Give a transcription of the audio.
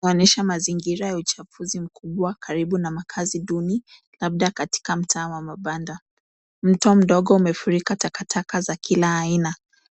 Kunaonyesha mazingira ya uchafuzi mkubwa karibu na makazi duni labda katika mtaa wa mabanda. Mto mdogo umefurika takataka za kila aina.